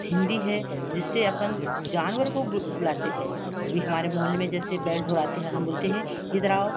हिंदी है जिससे अपन जानवर को बुलाते हैं अभी हमारे मुहल्ले में जैसे बैल ढोराते हैं और हम बोलते हैं इधर आओ